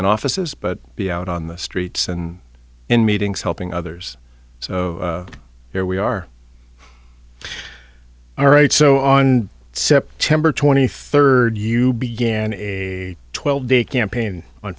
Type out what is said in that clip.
in offices but be out on the streets and in meetings helping others so here we are all right so on september twenty third you began a twelve day campaign on